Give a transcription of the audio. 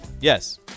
Yes